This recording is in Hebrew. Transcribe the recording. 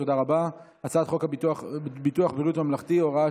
הצעת חוק ביטוח בריאות ממלכתי (הוראת